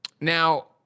Now